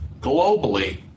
globally